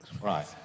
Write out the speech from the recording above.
right